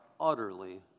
utterly